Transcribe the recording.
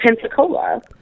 Pensacola